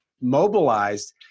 mobilized